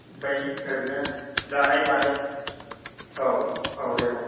बै ओरैनो जानाय मानाय औ औ दे बुं